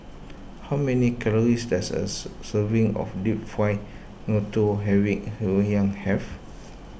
how many calories does as serving of Deep Fried Ngoh Hiang have